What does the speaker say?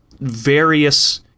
various